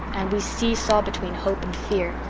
and we see-saw between hope and fear.